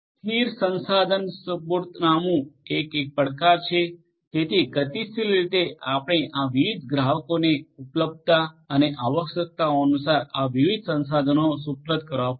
સ્થિર સંસાધન સુપરતનામું એ એક પડકાર છે તેથી ગતિશીલ રીતે આપણે આ વિવિધ ગ્રાહકોને ઉપલબ્ધતા અને આવશ્યકતાઓ અનુસાર આ વિવિધ સંશાધનો સુપ્રત કરવા પડશે